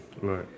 Right